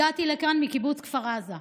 הגעתי לכאן מקיבוץ כפר עזה.